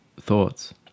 thoughts